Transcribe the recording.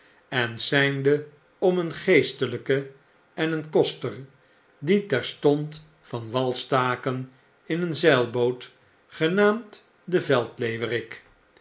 en seinde om een geestelijke en een koster die terstond van wal staken in een zeilboot genaamd de veld leeuwrik